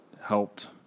helped